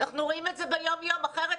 אנחנו רואים את זה ביום יום כי אחרת